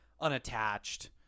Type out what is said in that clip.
unattached